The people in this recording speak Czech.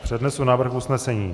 Přednesu návrh usnesení: